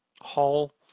hall